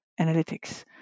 analytics